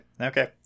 okay